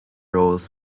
roles